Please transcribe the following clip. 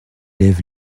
lève